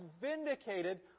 vindicated